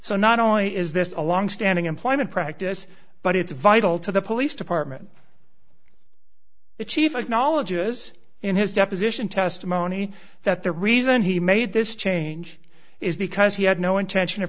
so not only is this a longstanding employment practice but it's vital to the police department the chief acknowledges in his deposition testimony that the reason he made this change is because he had no intention of